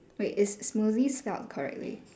wait is smoothie spelt correctly